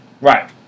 right